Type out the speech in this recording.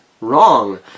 Wrong